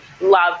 love